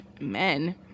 men